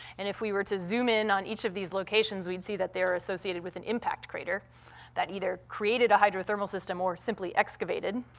and if we were to zoom in on each of these locations, we'd see that they are associated with an impact crater that either created a hydrothermal system or simply excavated